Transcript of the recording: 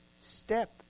step